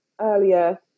earlier